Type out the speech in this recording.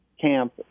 camp